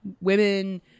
women